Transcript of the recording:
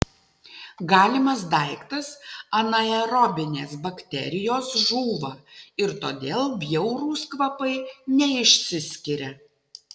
galimas daiktas anaerobinės bakterijos žūva ir todėl bjaurūs kvapai neišsiskiria